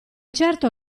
certo